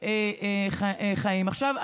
עכשיו,